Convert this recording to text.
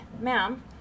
ma'am